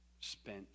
spent